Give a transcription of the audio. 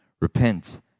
Repent